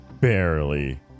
Barely